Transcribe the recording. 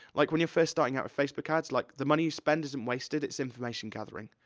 like, when you're first starting out with facebook ads, like, the money you spend isn't wasted, it's information gathering.